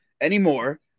anymore